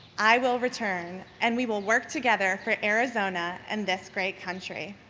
i will return and we will work together for arizona and this great country.